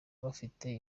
bafite